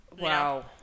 Wow